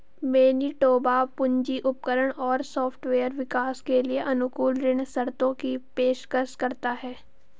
Manitoba पूंजी उपकरण और सॉफ्टवेयर विकास के लिए अनुकूल ऋण शर्तों की पेशकश करता है